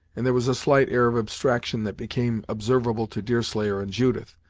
and there was a slight air of abstraction that became observable to deerslayer and judith,